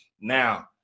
now